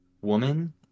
woman